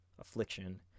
affliction